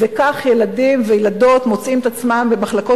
וכך ילדים וילדות מוצאים את עצמם במחלקות